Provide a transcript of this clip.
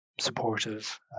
supportive